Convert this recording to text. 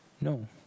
No